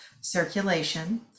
circulation